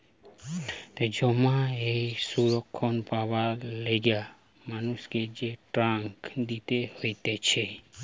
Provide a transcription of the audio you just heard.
সমাজ এ সুরক্ষা পাবার লিগে মানুষকে যে ট্যাক্স দিতে হতিছে